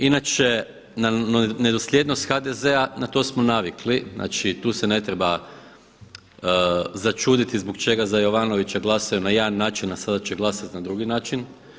Inače nedosljednost HDZ-a, na to smo navikli, znači tu se ne treba začuditi zbog čega za Jovanivića glasaju na jedan način, a sada će glasati na drugi način.